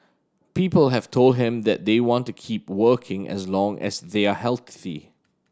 people have told him that they want to keep working as long as they are healthy